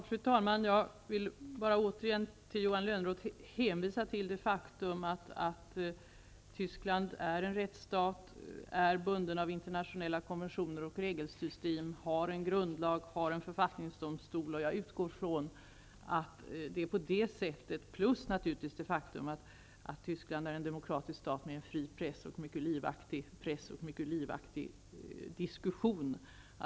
Fru talman! Jag vill bara återigen, Johan Lönnroth, hänvisa till det faktum att Tyskland är en rättsstat, är bundet av internationella konventioner och regelsystem, har en grundlag och har en författningsdomstol. Jag utgår från att det är på det sättet och, naturligtvis, att Tyskland är en demokratisk stat med en fri och mycket livaktig press liksom en mycket livaktig diskussion.